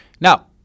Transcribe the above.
Now